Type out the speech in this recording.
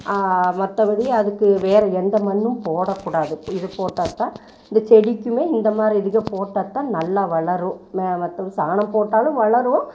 மற்றபடி அதுக்கு வேறு எந்த மண்ணும் போடக்கூடாது இது போட்டால்தான் இந்த செடிக்குமே இந்த மாதிரி இதுக்கே போட்டால்தான் நல்லா வளரும் ந மற்ற சாணம் போட்டாலும் வளரும்